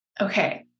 Okay